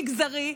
מגזרי,